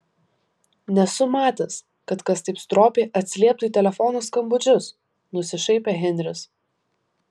nesu matęs kad kas taip stropiai atsilieptų į telefono skambučius nusišaipė henris